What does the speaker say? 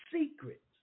secret